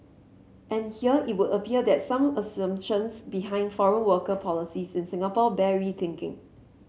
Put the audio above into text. and here it would appear that some assumptions behind foreign worker policies in Singapore bear rethinking